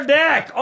deck